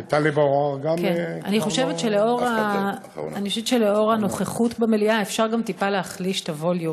אני חושבת שלאור הנוכחות במליאה אפשר טיפה להחליש את הווליום,